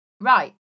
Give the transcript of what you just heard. Right